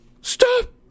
Stop